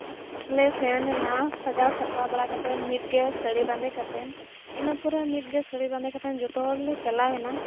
ᱞᱮ ᱥᱮᱱ ᱮᱱᱟ ᱥᱟᱡᱟᱣ ᱥᱟᱯᱲᱟᱣ ᱵᱟᱲᱟ ᱠᱟᱛᱮᱫ ᱢᱤᱫᱜᱮ ᱥᱟᱹᱲᱤ ᱵᱟᱸᱫᱮ ᱠᱟᱛᱮᱫ ᱤᱱᱟᱹᱯᱚᱨᱮ ᱢᱤᱫᱜᱮ ᱥᱟᱹᱲᱤ ᱵᱟᱸᱫᱮ ᱠᱟᱛᱮᱫ ᱡᱚᱛᱚ ᱦᱚᱲᱞᱮ ᱪᱟᱞᱟᱣᱮᱱᱟ